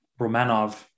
Romanov